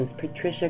Patricia